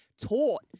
taught